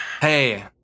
Hey